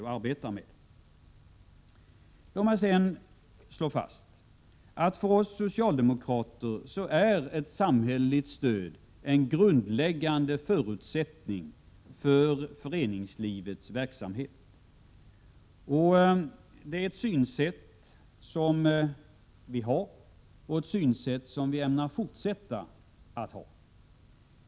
Låt mig sedan slå fast att för oss socialdemokrater är ett samhälleligt stöd en grundläggande förutsättning för föreningslivets verksamhet. Det är ett synsätt som vi har och kommer att ha.